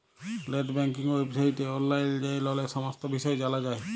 late banking ওয়েবসাইটে অললাইল যাঁয়ে ললের সমস্ত বিষয় জালা যায়